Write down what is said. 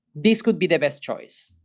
this could be the best choice.